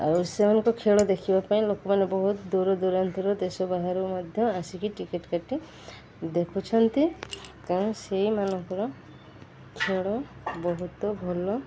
ଆଉ ସେମାନଙ୍କ ଖେଳ ଦେଖିବା ପାଇଁ ଲୋକମାନେ ବହୁତ ଦୂରଦୂରାନ୍ତର ଦେଶ ବାହାରୁ ମଧ୍ୟ ଆସିକି ଟିକେଟ୍ କାଟି ଦେଖୁଛନ୍ତି କାରଣ ସେଇମାନଙ୍କର ଖେଳ ବହୁତ ଭଲ